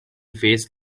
face